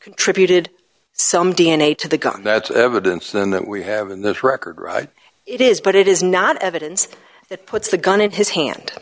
contributed some d n a to the gun that's evidence than that we have in this record it is but it is not evidence that puts the gun in his hand